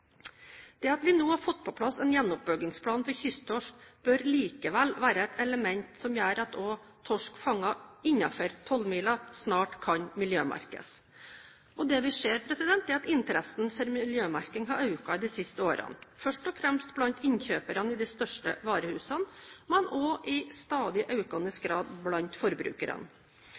Det at vi nå har fått på plass en gjenoppbyggingsplan for kysttorsk bør likevel være et element som gjør at også torsk fanget innenfor tolvmila snart kan miljømerkes. Det vi ser, er at interessen for miljømerking har økt i de siste årene, først og fremst blant innkjøperne i de største varehusene, men også i stadig økende grad blant forbrukerne.